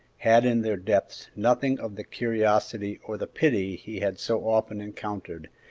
had in their depths nothing of the curiosity or the pity he had so often encountered,